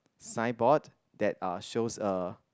signboard that uh shows a